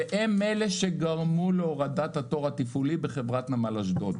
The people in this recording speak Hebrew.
והם אלה שגרמו להורדת התור התפעולי בחברת נמל אשדוד.